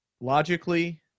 logically